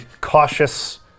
cautious